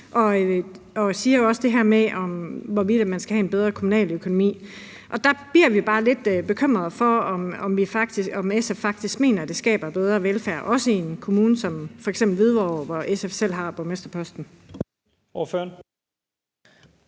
og nævner også det her med, om man skal have en bedre kommunaløkonomi. Der bliver vi bare lidt bekymrede for, om SF faktisk mener, at det skaber bedre velfærd, også i en kommune som f.eks. Hvidovre, hvor SF selv har borgmesterposten. Kl.